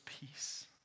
peace